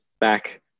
back